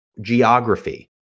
geography